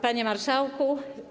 Panie Marszałku!